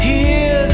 Hear